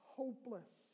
hopeless